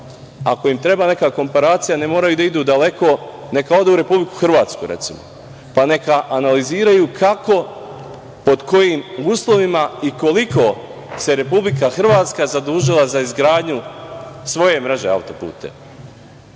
im treba neka druga komparacija ne moraju da idu daleko, neka odu u Republiku Hrvatsku, recimo, pa neka analiziraju kako, pod kojim uslovima i koliko se Republika Hrvatska zadužila za izgradnju svoje mreže autoputeva.